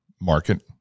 market